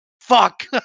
fuck